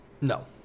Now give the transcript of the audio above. No